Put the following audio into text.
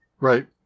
Right